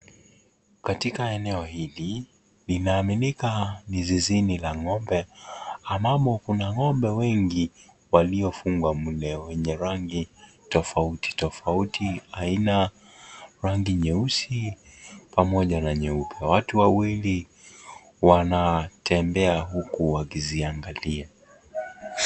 Katika eneo hili linaaminika ni zizini ya ng'ombe ambamo mna ng'ombe wengi waliofunga mle wenye rangi tofauti tofauti, aina rangi nyeusi pamoja na nyeupe. Watu wawili wanatembea huku wakiziangalia.